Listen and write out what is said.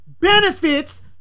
benefits